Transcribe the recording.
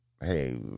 hey